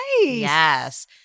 Yes